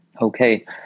Okay